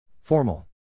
Formal